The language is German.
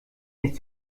nicht